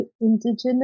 indigenous